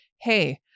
hey